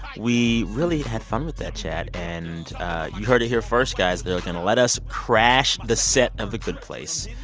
we really had fun with that chat. and you heard it here first, guys they're going to let us crash the set of the good place.